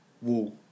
wall